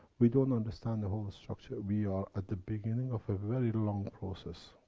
we don't understand the whole structure. we are at the beginning of a very long process.